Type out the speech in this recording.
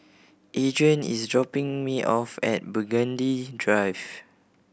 Adrain is dropping me off at Burgundy Drive